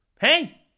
Hey